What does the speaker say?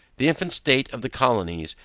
the infant state of the colonies,